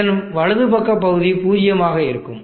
இதன் வலதுபக்க பகுதி பூஜ்ஜியமாக இருக்கும்